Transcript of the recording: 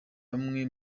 bamwe